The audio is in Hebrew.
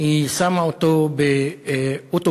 4 דברי ברכה של יושב-ראש הכנסת למשלחת